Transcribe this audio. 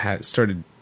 started